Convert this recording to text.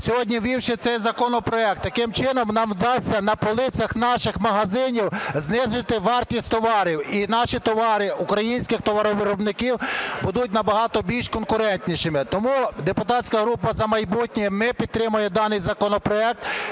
сьогодні ввівши цей законопроект, таким чином нам вдасться на полицях наших магазинів знизити вартість товарів. І наші товари українських товаровиробників будуть набагато більш конкурентнішими. Тому депутатська група "За майбутнє", ми підтримуємо даний законопроект